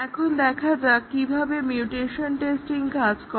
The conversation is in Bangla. এখন দেখা যাক কিভাবে মিউটেশন টেস্টিং কাজ করে